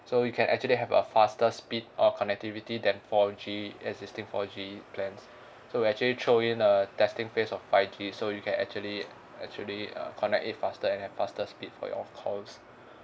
so you can actually have a faster speed or connectivity than four G existing four G plans so we actually throw in a testing phase of five G so you can actually actually uh connect it faster and at faster speed for your calls